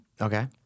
Okay